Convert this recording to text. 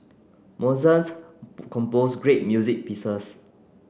Mozart composed great music pieces